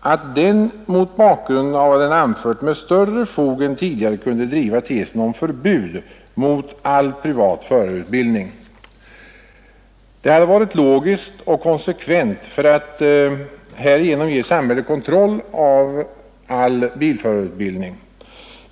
att den mot bakgrund av vad den anfört med större fog än tidigare skulle kunna driva tesen om förbud mot all privat förarutbildning. Detta hade varit logiskt och konsekvent för att härigenom ge samhället kontroll av all bilförarutbildning.